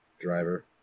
driver